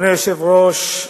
אדוני היושב-ראש,